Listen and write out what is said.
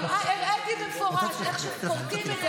הראיתי במפורש איך שפורטים את זה,